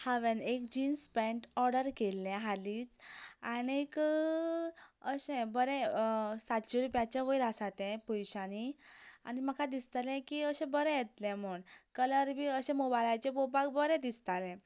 हांवें एक jeans pant order केल्या हालींच आनीक अशें बरें सातशें रुपयाचे वयर आसा तें पयशांनी आनी म्हाका दिसतालें अशें बरें येतलें म्हूण कलर बी अशे मोबायलाचे पळोवपाक बरें दिसतालें